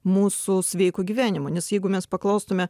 mūsų sveiko gyvenimo nes jeigu mes paklaustume